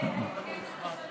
אני מבקשת לשנות